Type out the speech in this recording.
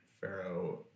Pharaoh